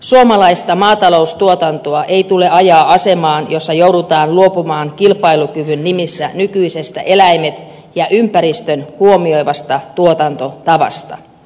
suomalaista maataloustuotantoa ei tule ajaa asemaan jossa joudutaan luopumaan kilpailukyvyn nimissä nykyisestä eläimet ja ympäristön huomioivasta tuotantotavasta